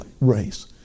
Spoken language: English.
race